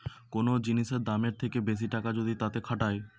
কোন জিনিসের দামের থেকে বেশি টাকা যদি তাতে খাটায়